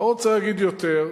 לא רוצה להגיד יותר,